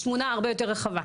תמונה הרבה יותר רחבה.